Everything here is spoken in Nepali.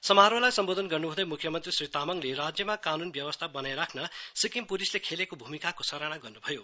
समारोहलाई सम्बोधन गर्नुहुँदै मुख्यमन्त्री श्री तामङले राज्यमा कानून व्यवस्थ वनाइ राख्न सिक्किम पुलिसले खेलेको भूमिकाको सराहना गर्नु भयो